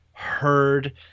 heard